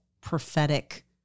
prophetic